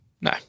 No